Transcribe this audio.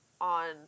on